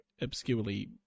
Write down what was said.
Obscurely